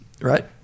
right